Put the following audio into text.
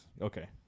Okay